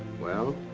well?